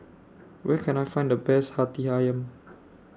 Where Can I Find The Best Hati Ayam